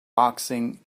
boxing